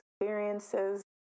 experiences